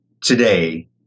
today